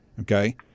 Okay